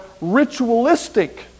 ritualistic